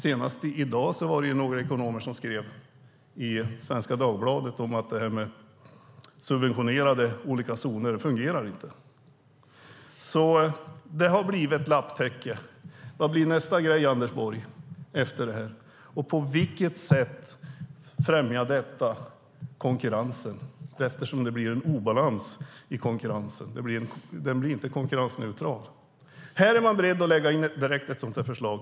Senast i dag var det några ekonomer som skrev i Svenska Dagbladet att olika subventionerade zoner inte fungerar. Det har blivit ett lapptäcke. Vad blir nästa grej efter detta, Anders Borg? På vilket sätt främjar detta konkurrensen? Det blir en obalans i konkurrensen. Det blir inte konkurrensneutralt. Här är man beredd att direkt lägga in ett sådant förslag.